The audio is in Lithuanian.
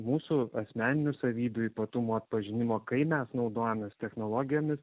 mūsų asmeninių savybių ypatumų atpažinimo kai mes naudojamės technologijomis